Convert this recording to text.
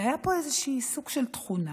והיה פה איזשהו סוג של תכונה,